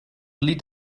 delete